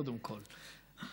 קודם כול,